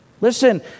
Listen